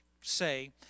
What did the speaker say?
say